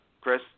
Chris